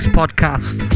podcast